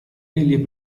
egli